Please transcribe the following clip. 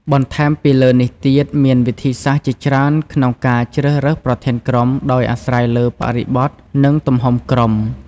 បន្ថែមពីលើនេះទៀតមានវិធីសាស្រ្តជាច្រើនក្នុងការជ្រើសរើសប្រធានក្រុម ដោយអាស្រ័យលើបរិបទ និងទំហំក្រុម។